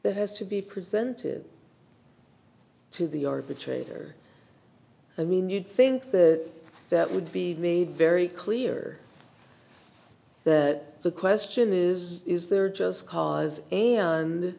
it has to be presented to the arbitrator i mean you'd think the that would be made very clear that the question is is there just cause and